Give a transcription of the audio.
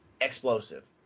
explosive